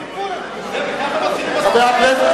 ככה מתחילים משא-ומתן?